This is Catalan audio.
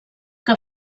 que